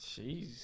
Jeez